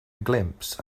glimpse